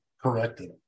corrected